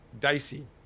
dicey